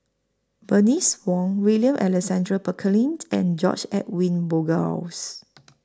Bernice Wong William Alexander Pickering and George Edwin Bogaars